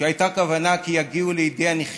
שהייתה כוונה כי יגיעו לידי הנכים.